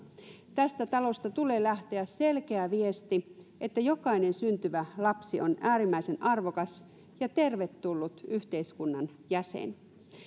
tästä talosta tulee lähteä selkeä viesti että jokainen syntyvä lapsi on äärimmäisen arvokas ja tervetullut yhteiskunnan jäsen